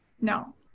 No